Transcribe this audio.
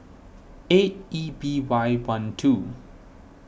eight E B Y one two